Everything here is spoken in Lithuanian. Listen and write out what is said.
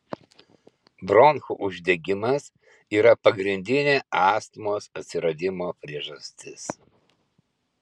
bronchų uždegimas yra pagrindinė astmos atsiradimo priežastis